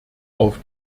auf